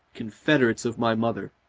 confederates of my mother.